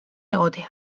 egotea